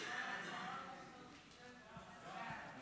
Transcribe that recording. ההצעה להעביר את